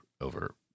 over